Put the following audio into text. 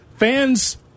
Fans